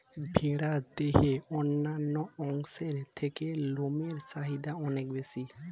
ভেড়ার দেহের অন্যান্য অংশের থেকে লোমের চাহিদা অনেক বেশি